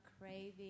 craving